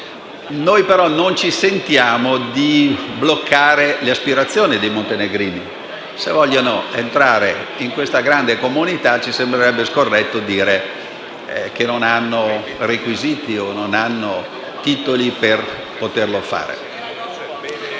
Noi però non ci sentiamo di bloccare le aspirazioni dei montenegrini: se vogliono entrare in questa grande comunità, ci sembra scorretto dire che non hanno requisiti o titoli per poterlo fare.